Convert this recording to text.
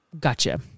Gotcha